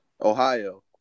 Ohio